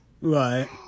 Right